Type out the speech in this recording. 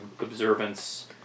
observance